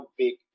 big